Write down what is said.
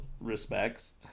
respects